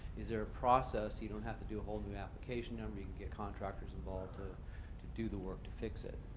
is there a process, you don't have to do a whole new application number, you can get contractors involved to to do the work to fix it?